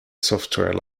software